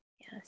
Yes